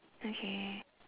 okay